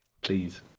please